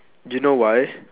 you know why